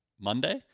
monday